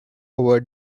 over